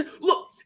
look